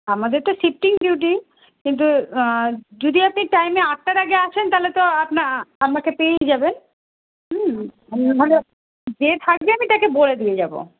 আমাদের তো shifting duty কিন্তু যদি আপনি টাইমে আটটার আগে আসেন তাহলে তো আপনার আমাকে পেয়েই যাবেন হুম যে থাকবে আমি তাকে বলে দিয়ে যাব